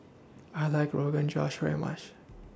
I like Rogan Josh very much